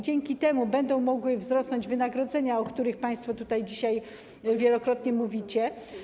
Dzięki temu będą mogły wzrosnąć wynagrodzenia, o których państwo dzisiaj wielokrotnie mówiliście.